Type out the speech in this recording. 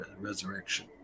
resurrection